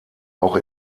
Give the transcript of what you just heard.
auch